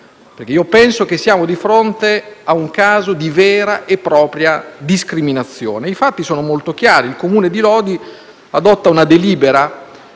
perché pensiamo si tratti di un caso di vera e propria discriminazione. I fatti sono molto chiari: il Comune di Lodi adotta una delibera